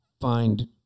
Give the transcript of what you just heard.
find